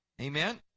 Amen